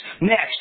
Next